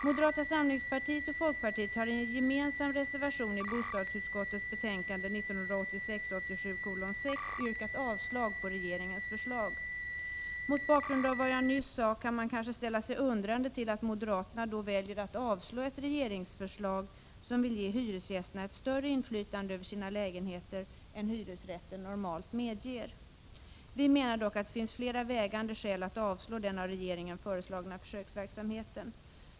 Moderata samlingspartiet och folkpartiet har i en gemensam reservation i bostadsutskottets betänkande 1986/87:6 yrkat avslag på regeringens förslag. Mot bakgrund av vad jag nyss sade kan man kanske undra varför moderaterna då väljer att avstyrka ett regeringsförslag som innebär att hyresgästerna får ett större inflytande över sina lägenheter än hyresrätten normalt medger. Vi menar dock att det finns flera vägande skäl att avstyrka regeringens förslag till försöksverksamhet.